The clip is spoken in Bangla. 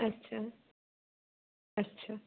আচ্ছা আচ্ছা